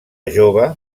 jove